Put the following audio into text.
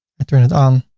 i turn it on.